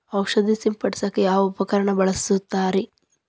ಔಷಧಿ ಸಿಂಪಡಿಸಕ ಯಾವ ಉಪಕರಣ ಬಳಸುತ್ತಾರಿ?